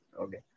Okay